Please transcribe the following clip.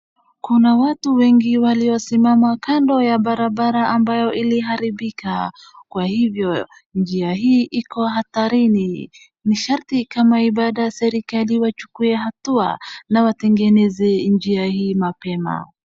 Kuna watu wengi waliosimama kando ya barabara ambayo iliharibika kwa hivyo njia hii iko hatarini. Ni sharti kama ibada serikali wachukue hatua na watengeneze njia hii mapema.